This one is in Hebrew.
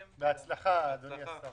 בהצלחה, אדוני השר.